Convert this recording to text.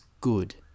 good